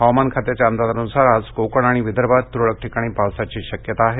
हवामान खात्याच्या अंदाजानुसार आज कोकण आणि विदर्भात तुरळक ठिकाणी पावसाची शक्यता आहे